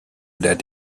that